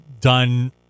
done